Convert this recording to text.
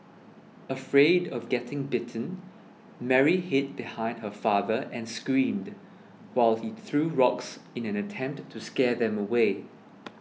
afraid of getting bitten Mary hid behind her father and screamed while he threw rocks in an attempt to scare them away